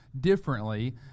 differently